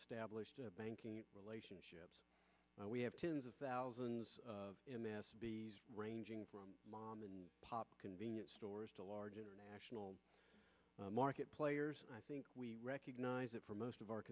established banking relationships we have tens of thousands of ranging from mom and pop convenience stores to large international market players i think we recognize that for most of our